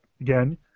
again